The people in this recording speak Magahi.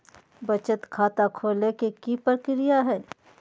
बचत खाता खोले के कि प्रक्रिया है?